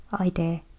idea